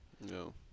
No